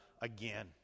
again